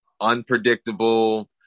unpredictable